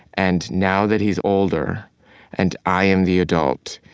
and now that he's older and i am the adult,